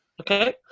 Okay